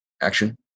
action